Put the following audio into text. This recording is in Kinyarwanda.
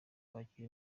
kwakira